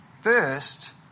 first